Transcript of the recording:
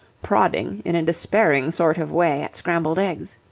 prodding in a despairing sort of way at scrambled eggs.